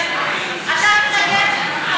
אתה תתנגד?